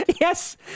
Yes